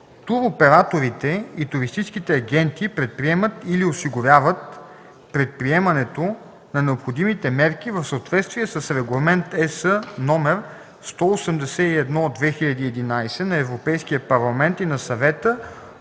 Туроператорите и туристическите агенти предприемат или осигуряват предприемането на необходимите мерки в съответствие с Регламент (ЕС) № 181/2011 на Европейския парламент и на Съвета